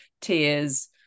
tears